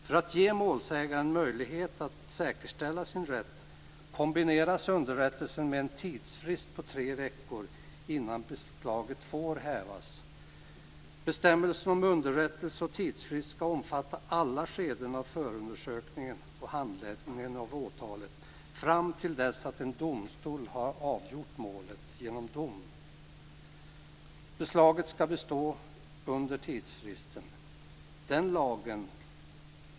För att ge målsägaren möjlighet att säkerställa sin rätt kombineras underrättelsen med en tidsfrist på tre veckor innan beslaget får hävas. Bestämmelsen om underrättelse och tidsfrist skall omfatta alla skeden av förundersökningen och handläggningen av åtalet fram till dess att en domstol har avgjort målet genom dom. Beslaget skall bestå under tidsfristen.